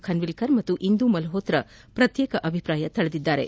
ಖನ್ವಿಲ್ಕರ್ ಹಾಗೂ ಇಂದೂಮಲ್ನೋತ್ರ ಪ್ರತ್ಯೇಕ ಅಭಿಪ್ರಾಯ ತಳೆದಿದ್ದಾರೆ